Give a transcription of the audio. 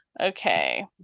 Okay